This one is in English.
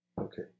Okay